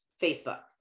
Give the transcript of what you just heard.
Facebook